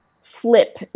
flip